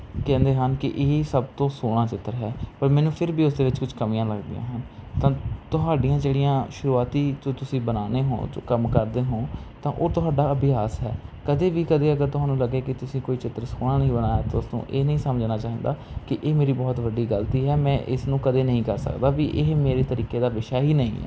ਕਹਿੰਦੇ ਹਨ ਕਿ ਇਹੀ ਸਭ ਤੋਂ ਸੋਹਣਾ ਚਿੱਤਰ ਹੈ ਪਰ ਮੈਨੂੰ ਫਿਰ ਵੀ ਉਸਦੇ ਵਿੱਚ ਕੁਛ ਕਮੀਆਂ ਮਿਲਦੀਆਂ ਹਨ ਤਾਂ ਤੁਹਾਡੀਆਂ ਜਿਹੜੀਆਂ ਸ਼ੁਰੂਆਤੀ ਜੋ ਤੁਸੀਂ ਬਣਾਨੇ ਹੋ ਜੋ ਕੰਮ ਕਰਦੇ ਹੋ ਤਾਂ ਉਹ ਤੁਹਾਡਾ ਅਭਿਆਸ ਹੈ ਕਦੇ ਵੀ ਕਦੇ ਅਗਰ ਤੁਹਾਨੂੰ ਲੱਗੇ ਕਿ ਤੁਸੀਂ ਕੋਈ ਚਿੱਤਰ ਸੋਹਣਾ ਨਹੀਂ ਬਣਾਇਆ ਤਾਂ ਉਸ ਤੋਂ ਇਹ ਨਹੀਂ ਸਮਝਣਾ ਚਾਹੀਦਾ ਕਿ ਇਹ ਮੇਰੀ ਬਹੁਤ ਵੱਡੀ ਗਲਤੀ ਹੈ ਮੈਂ ਇਸ ਨੂੰ ਕਦੇ ਨਹੀਂ ਕਰ ਸਕਦਾ ਵੀ ਇਹ ਮੇਰੇ ਤਰੀਕੇ ਦਾ ਵਿਸ਼ਾ ਹੀ ਨਹੀਂ ਹੈ